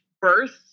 birth